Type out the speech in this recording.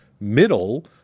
middle